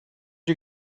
you